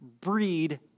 breed